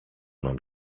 mam